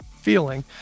feeling